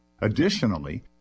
Additionally